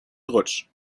rutsch